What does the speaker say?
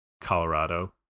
Colorado